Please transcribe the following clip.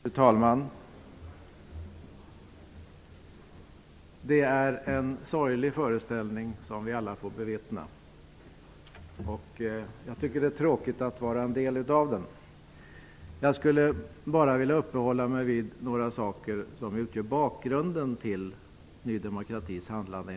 Fru talman! Det är en sorglig föreställning som vi alla får bevittna, och jag tycker att det är tråkigt att vara en del av den. Jag skulle bara vilja uppehålla mig vid några saker som enligt min mening utgör bakgrunden till Ny demokratis handlande.